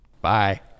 Bye